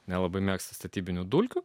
nelabai mėgsta statybinių dulkių